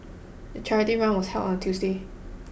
the charity run was held on a Tuesday